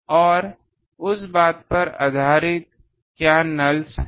तो उस पर आधारित क्या नल्स हैं